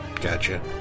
Gotcha